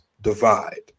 divide